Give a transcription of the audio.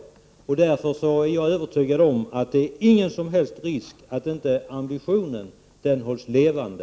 13 december 1988 Jag är övertygad om att det inte är någon som helst risk att inte ambitionen Särskilda åtgärder med hålls levande.